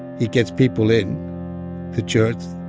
he gets people in the church.